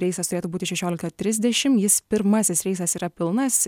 reisas turėtų būti šešiolika trisdešim jis pirmasis reisas yra pilnas